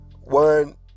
one